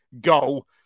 Goal